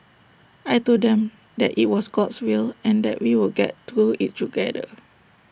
I Told them that IT was God's will and that we would get through IT together